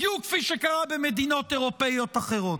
בדיוק כפי שקרה במדינות אירופיות אחרות?